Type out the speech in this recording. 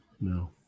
No